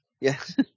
Yes